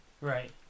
Right